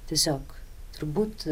tiesiog turbūt